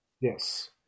yes